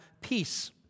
Peace